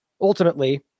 Ultimately